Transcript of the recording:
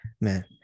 Man